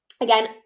again